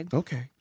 okay